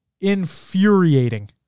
Infuriating